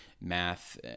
math